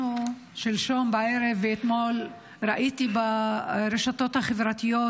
שלשום בערב ואתמול ראיתי ברשתות החברתיות